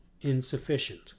insufficient